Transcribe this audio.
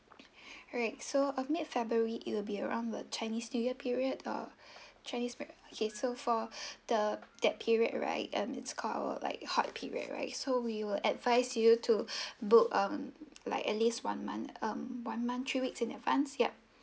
alright so uh mid february it'll be around the chinese new year period uh chinese okay so for the that period right um it's called our like hot period right so we will advise you to book um like at least one month um one month three weeks in advance yup